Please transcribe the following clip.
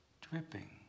dripping